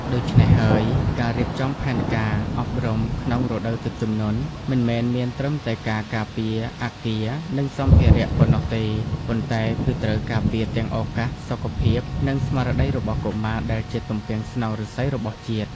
ដូច្នេះហើយ ការរៀបចំផែនការអប់រំក្នុងរដូវទឹកជំនន់ មិនមែនមានត្រឹមតែការការពារអគារ និងសម្ភារៈប៉ុណ្ណោះទេ ប៉ុន្តែគឺត្រូវការពារទាំងឱកាស សុខភាព និងស្មារតីរបស់កុមារដែលជាទំពាំងស្នងឫស្សីរបស់ជាតិ។